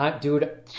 dude